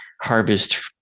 harvest